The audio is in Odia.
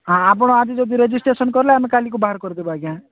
ହଁ ଆପଣ ଆଜି ଯଦି ରେଜିଷ୍ଟ୍ରେସନ କଲେ ଆମେ କାଲିକୁ ବାହାର କରିଦେବୁ ଆଜ୍ଞା